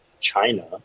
China